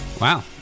Wow